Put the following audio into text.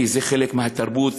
כי זה חלק מהתרבות,